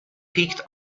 picked